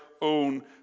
own